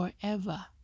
forever